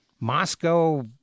Moscow